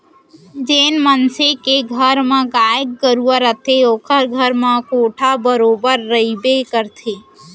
जेन मनसे के घर म गाय गरूवा रथे ओकर घर म कोंढ़ा बरोबर रइबे करथे